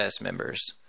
members